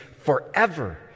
forever